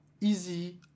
easy